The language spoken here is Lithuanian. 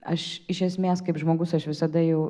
aš iš esmės kaip žmogus aš visada jau